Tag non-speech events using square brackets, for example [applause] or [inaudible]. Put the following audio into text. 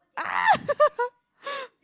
[noise] [laughs]